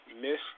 Missed